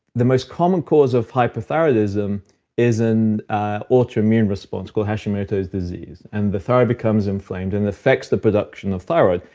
the most common cause of hypothyroidism is an autoimmune response called hashimoto's disease. and the thyroid becomes inflamed and affects the production of thyroid.